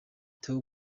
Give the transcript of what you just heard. theo